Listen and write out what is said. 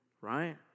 right